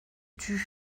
tut